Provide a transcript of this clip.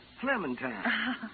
Clementine